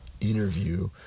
interview